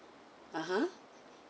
(uh huh)